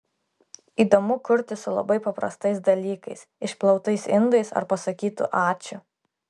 įdomu kurti su labai paprastais dalykais išplautais indais ar pasakytu ačiū